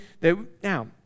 that—now